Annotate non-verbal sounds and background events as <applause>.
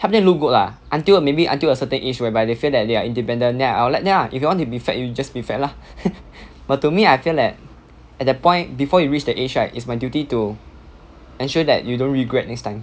help them look good lah until maybe until a certain age whereby they feel that they are independent then I will let them ah if you want to be fat you just be fat lah <laughs> but to me I feel that at that point before you reach the age right is my duty to ensure that you don't regret next time